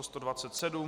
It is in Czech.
127.